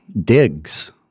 digs